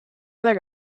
other